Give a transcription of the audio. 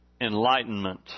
enlightenment